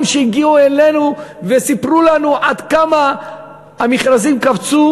שהגיעו אלינו וסיפרו לנו עד כמה המכרזים קפצו,